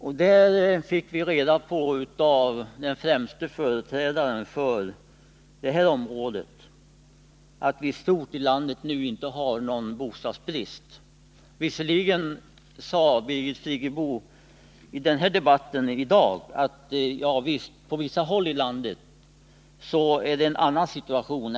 I det programmet fick vi av den främsta företrädaren på det här området reda på att vi i stort sett inte har någon bostadsbrist i landet — nu tillstod Birgit Friggebo dock i dagens debatt att det på vissa håll i landet rådde en annan situation.